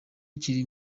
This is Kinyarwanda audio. kiri